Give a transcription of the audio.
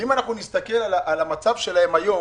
ואם אנחנו נסתכל על המצב שלהם היום